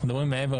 אנחנו מדברים מעבר,